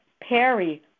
Perry